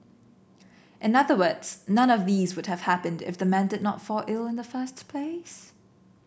in other words none of these would have happened if the man did not fall ill in the first place